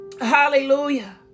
Hallelujah